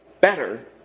better